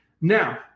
Now